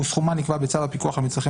וסכומה נקבע בצו הפיקוח על מצרכים